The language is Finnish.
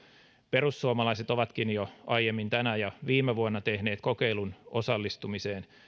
perussuomalaiset ovatkin jo aiemmin tänään ja viime vuonna tehneet kokeiluun osallistumiseen